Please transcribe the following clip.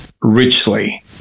richly